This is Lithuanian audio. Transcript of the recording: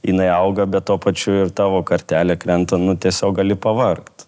jinai auga bet tuo pačiu ir tavo kartelė krenta nu tiesiog gali pavargt